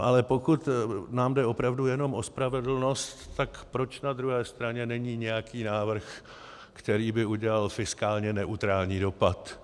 Ale pokud nám jde opravdu jenom o spravedlnost, tak proč na druhé straně není nějaký návrh, který by udělal fiskálně neutrální dopad?